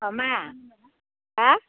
अह मा हा